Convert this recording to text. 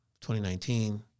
2019